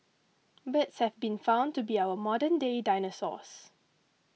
birds have been found to be our modernday dinosaurs